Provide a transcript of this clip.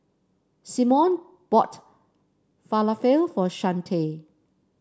Simone bought Falafel for Chante